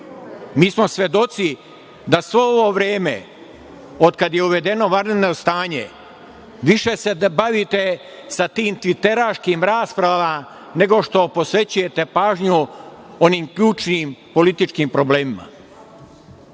smo svedoci da sve ovo vreme od kad je uvedeno vanredno stanje, više se bavite tim tviteraškim raspravama nego što posvećujete pažnju onim ključnim političkim problemima.